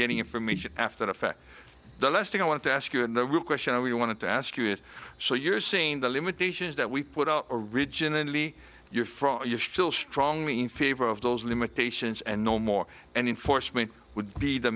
getting information after the fact the last thing i want to ask you another question we want to ask you is so you're seeing the limitations that we put out originally you're from you're still strongly in favor of those limitations and no more enforcement would be the